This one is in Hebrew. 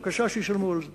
בבקשה, שישלמו על זה.